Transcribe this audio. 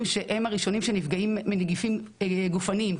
שהם הראשונים שנפגעים מנגיפים גופניים,